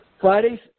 Fridays